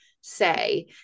say